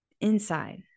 inside